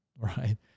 right